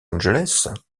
angeles